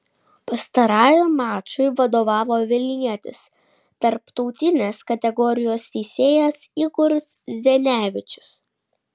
pastarajam mačui vadovavo vilnietis tarptautinės kategorijos teisėjas igoris zenevičius